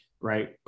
right